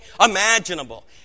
imaginable